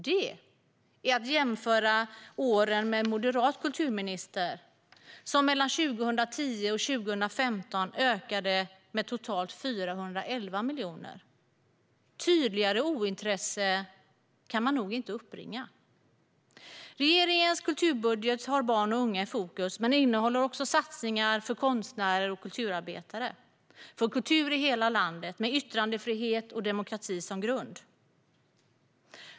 Det kan jämföras med åren med en moderat kulturminister, då man 2010-2015 ökade med totalt 411 miljoner. Tydligare ointresse kan man nog inte uppbringa. Regeringens kulturbudget har barn och unga i fokus men innehåller också satsningar för konstnärer och kulturarbetare och för kultur i hela landet, med yttrandefrihet och demokrati som grund.